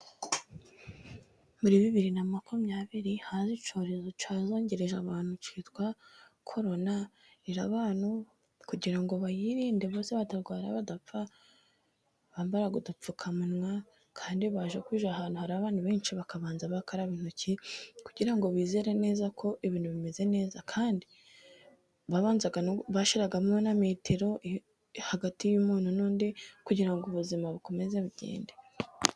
Muri bibiri na makumyabiri haje icyorezo cyazengereje abantu cyitwa korona, baburira abantu kugira ngo bayirinde maze batarwara badapfa, bambara udupfukamunwa, kandi bajya kwinjira ahantu hari abantu benshi bakabanza bagakaraba intoki kugira ngo bizere neza ko ibintu bimeze neza, kandi babanza no bashyiragamo na metero hagati y'umuntu n'undi kugira ubuzima bukomeze bigende.